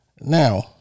Now